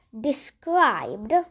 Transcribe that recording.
described